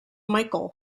michael